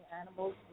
animals